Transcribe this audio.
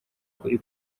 kuri